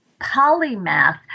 polymath